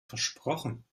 versprochen